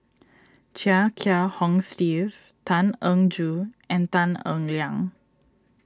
Chia Kiah Hong Steve Tan Eng Joo and Tan Eng Liang